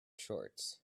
shorts